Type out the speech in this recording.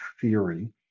theory